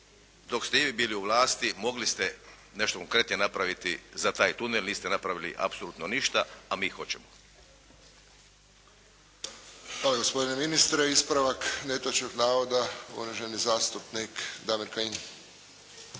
dok ste i vi bili u vlasti, mogli ste nešto konkretnije napraviti za taj tunel, niste napravili apsolutno ništa, a mi hoćemo. **Friščić, Josip (HSS)** Hvala gospodine ministre. Ispravak netočnog navoda, uvaženi zastupnik Damir Kajin.